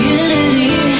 unity